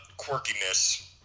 quirkiness